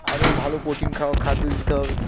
আরও ভালো প্রোটিন খাওয়া খাদ্য দিতে হবে